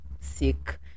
sick